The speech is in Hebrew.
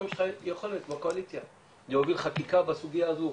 היום יש לך יכולת בקואליציה להוביל חקיקה בסוגיה הזו,